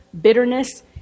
bitterness